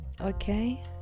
okay